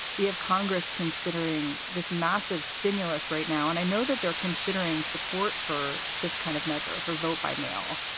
we have congress considering this massive stimulus right now. and i know that they're considering support for this kind of measure for vote by mail.